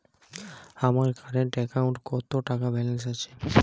আমার কারেন্ট অ্যাকাউন্টে কত টাকা ব্যালেন্স আছে?